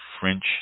French